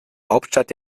hauptstadt